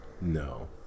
No